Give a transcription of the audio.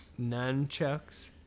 Nunchucks